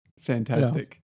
fantastic